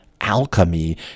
alchemy